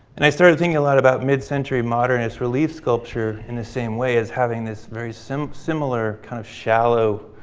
and i started thinking a lot about mid-century modernist relief sculpture in the same way as having this very similar similar kind of shallow